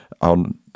on